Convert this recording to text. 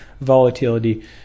volatility